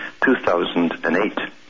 2008